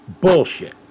...bullshit